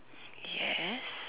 yes